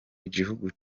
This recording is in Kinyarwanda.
igihugu